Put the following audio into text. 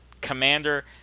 commander